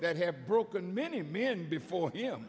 that have broken many men before